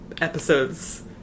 episodes